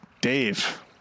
Dave